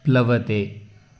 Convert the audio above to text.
प्लवते